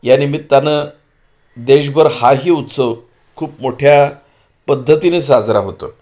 या निमित्तानं देशभर हा ही उत्सव खूप मोठ्या पद्धतीने साजरा होतो